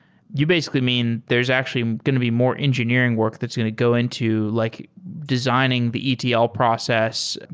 you basically mean there's actually going to be more engineering work that's going to go into like designing the etl process.